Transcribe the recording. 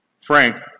Frank